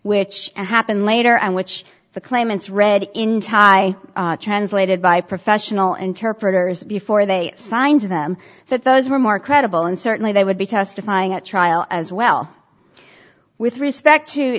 which happened later on which the claimants read in thai translated by professional interpreters before they signed to them that those were more credible and certainly they would be testifying at trial as well with respect to